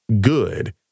good